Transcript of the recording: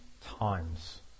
times